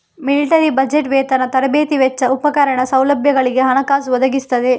military budget ವೇತನ, ತರಬೇತಿ ವೆಚ್ಚ, ಉಪಕರಣ, ಸೌಲಭ್ಯಗಳಿಗೆ ಹಣಕಾಸು ಒದಗಿಸ್ತದೆ